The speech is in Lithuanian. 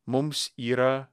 mums yra